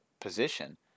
position